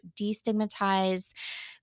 destigmatize